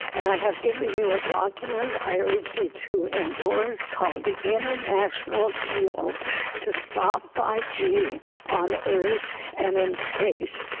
and i have given you a document, i urge you to endorse called the international appeal to stop five g on earth and in space.